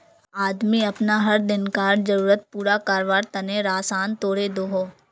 आदमी अपना हर दिन्कार ज़रुरत पूरा कारवार तने राशान तोड़े दोहों